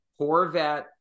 Horvat